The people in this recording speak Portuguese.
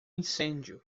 incêndio